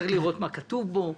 צריך לראות מה כתוב בו,